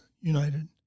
United